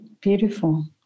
Beautiful